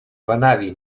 vanadi